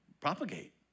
propagate